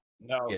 No